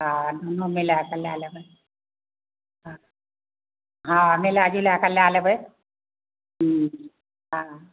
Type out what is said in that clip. हँ दुनू मिलाए कऽ लए लेबै हँ मिलाए जुलाए कऽ लए लेबै हूँ आ